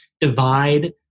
divide